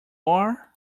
are